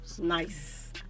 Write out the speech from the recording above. Nice